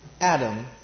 Adam